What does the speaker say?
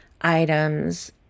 items